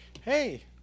Hey